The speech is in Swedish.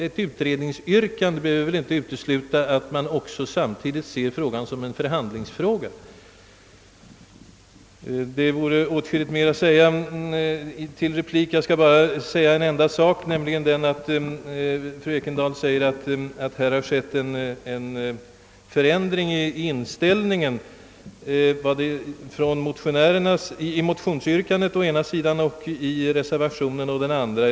Ett utredningsyr kande behöver alltså inte utesluta att man samtidigt betraktar spörsmålet som en förhandlingsfråga. Jag skulle kunna anföra åtskilligt mer i denna replik till fru Ekendahl, men jag skall bara göra ett enda tillägg. Fru Ekendahl säger att det har inträtt en förändring i vår inställning vad gäller motionsyrkandet å ena sidan och reservationen å den andra.